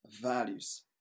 values